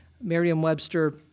Merriam-Webster